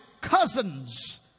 cousin's